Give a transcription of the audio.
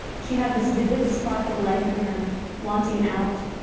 she had this vivid spark of life in her wanting out,